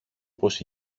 πως